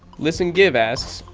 listen give asks,